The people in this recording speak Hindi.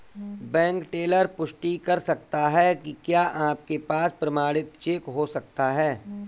बैंक टेलर पुष्टि कर सकता है कि क्या आपके पास प्रमाणित चेक हो सकता है?